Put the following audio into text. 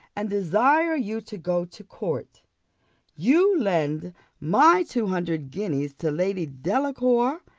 and desire you to go to court you lend my two hundred guineas to lady delacour,